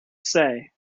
say